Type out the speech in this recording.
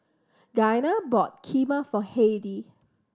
Giana bought Kheema for Heidy